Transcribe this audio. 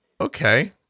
Okay